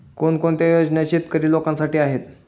कोणकोणत्या योजना शेतकरी लोकांसाठी आहेत?